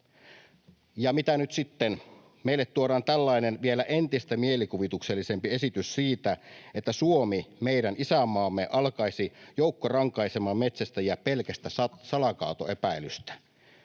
Ja mitä nyt sitten? Meille tuodaan tällainen vielä entistä mielikuvituksellisempi esitys siitä, että Suomi, meidän isänmaamme, alkaisi joukkorankaisemaan metsästäjiä pelkästä salakaatoepäilystä.